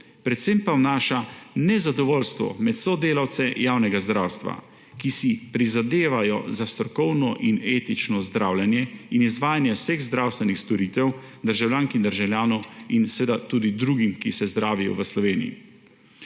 predvsem pa vnaša nezadovoljstvo med sodelavce javnega zdravstva, ki si prizadevajo za strokovno in etično zdravljenje in izvajanje vseh zdravstvenih storitev državljank in državljanov in tudi drugim, ki se zdravijo v Sloveniji.